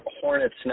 hornet's